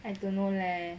I don't know leh